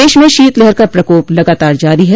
प्रदेश में शीतलहर का प्रकोप लगातार जारी है